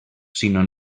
sinó